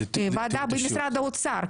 הוועדה במשרד האוצר,